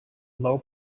low